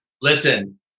Listen